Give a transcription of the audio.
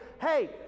hey